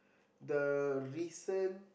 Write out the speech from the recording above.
the recent